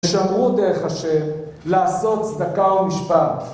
ושמרו דרך השם לעשות צדקה ומשפט